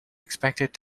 expected